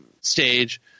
stage